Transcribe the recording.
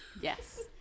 Yes